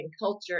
culture